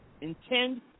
intend